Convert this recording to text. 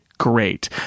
Great